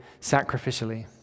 sacrificially